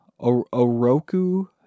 Oroku